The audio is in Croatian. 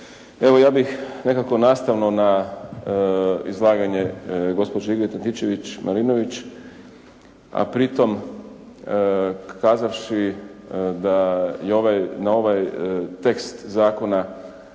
Evo ja bih nekako nastavno na izlaganje gospođe Ingrid Antičević Marinović, a pri tome kazavši da je na ovaj tekst zakona